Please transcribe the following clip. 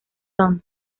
son